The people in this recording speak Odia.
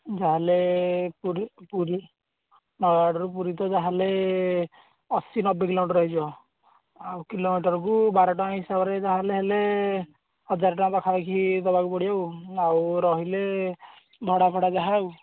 ଯାହା ହେଲେ ପୁରୀ ପୁରୀ ନୟାଗଡ଼ରୁ ପୁରୀ ତ ଯାହା ହେଲେ ଅଶୀ ନବେ କିଲୋମିଟର୍ ହୋଇଯିବ ଆଉ କିଲୋମିଟର୍କୁ ବାର ଟଙ୍କା ହିସାବରେ ଯାହା ହେଲେ ହେଲେ ହଜାର ଟଙ୍କା ପାଖାପାଖି ଦେବାକୁ ପଡ଼ିବ ଆଉ ଆଉ ରହିଲେ ଭଡ଼ା ଫଡା ଯାହା ଆଉ